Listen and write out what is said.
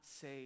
say